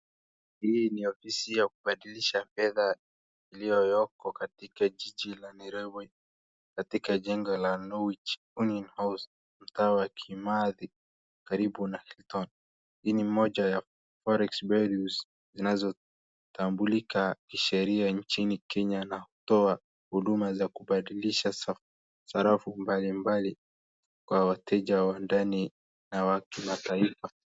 Hii ni ofisi ya kubadilisha fedha iliyoko katika jiji la Nairobi katika jengo la Norwich Union House , mtaa wa Kimathi, karibu na Hilton . Hii ni moja ya forex bureaus zinazotambulika kisheria nchini Kenya na hutoa huduma za kubadilisha sarafu mbalimbali kwa wateja wa ndani na wa kimataifa.